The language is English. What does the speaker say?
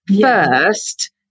first